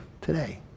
today